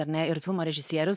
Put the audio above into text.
ar ne ir filmo režisierius